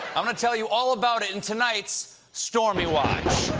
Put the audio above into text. i'm going to tell you all about it in tonight's stormy watch.